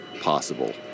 possible